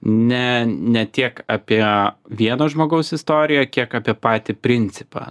ne ne tiek apie vieno žmogaus istoriją kiek apie patį principą